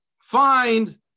find